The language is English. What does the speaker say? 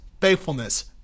faithfulness